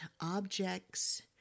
objects